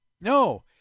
no